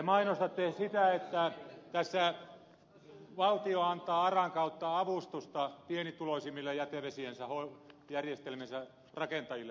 te mainostatte sitä että tässä valtio antaa aran kautta avustusta pienituloisimmille jätevesijärjestelmiensä rakentajille